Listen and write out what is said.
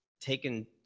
taken